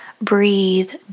breathe